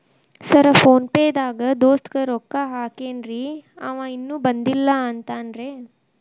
Sir PhonePe ದಾಗ ದೋಸ್ತ್ ಗೆ ರೊಕ್ಕಾ ಹಾಕೇನ್ರಿ ಅಂವ ಇನ್ನು ಬಂದಿಲ್ಲಾ ಅಂತಾನ್ರೇ?